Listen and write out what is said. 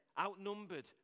outnumbered